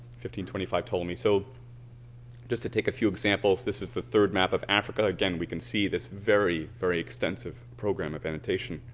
twenty five ptolemy. so just to take a few examples this is the third map of africa. again we can see this very, very extensive program of annotation.